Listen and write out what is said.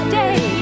day